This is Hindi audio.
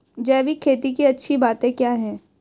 जैविक खेती की अच्छी बातें क्या हैं?